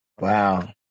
Wow